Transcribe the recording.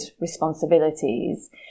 responsibilities